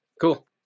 Cool